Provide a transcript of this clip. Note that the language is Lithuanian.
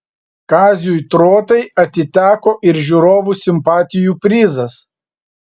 kaziui trotai atiteko ir žiūrovų simpatijų prizas